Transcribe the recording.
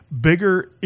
bigger